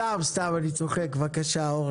סתם, אני צוחק, בבקשה, אורן.